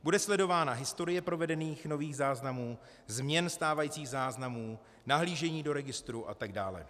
Bude sledována historie provedených nových záznamů, změn stávajících záznamů, nahlížení do registru atd.